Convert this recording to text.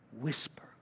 whisper